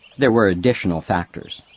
there were additional factors